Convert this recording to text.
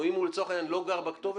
או אם לצורך העניין הוא לא גר בכתובת,